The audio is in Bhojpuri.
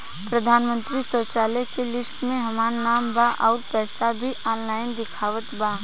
प्रधानमंत्री शौचालय के लिस्ट में हमार नाम बा अउर पैसा भी ऑनलाइन दिखावत बा